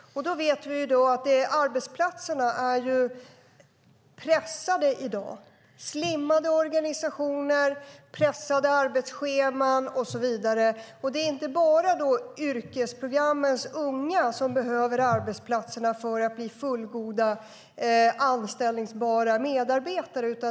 Vi vet att arbetsplatserna i dag är pressade. Det är slimmade organisationer, pressade arbetsscheman, och så vidare. Det är inte bara yrkesprogrammens unga som behöver arbetsplatserna för att bli fullgoda anställbara medarbetare.